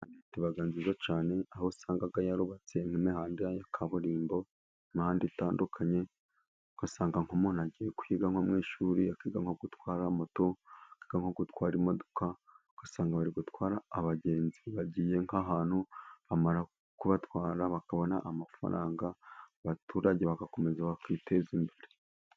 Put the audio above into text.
Leta iba nziza nziza cyane aho usanga yarubatse imihanda ya kaburimbo imihanda itandukanye, ugasanga nk'umuntu agiye kwiga nko mu ishuri ,akiga nko gutwara moto ,akiga nko gutwara imodoka ,ugasanga bari gutwara abagenzi bagiye nk'ahantu ,bamara kubatwara bakabona amafaranga ,abaturage bagakomeza bakiteza imbere.